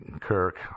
Kirk